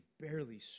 barely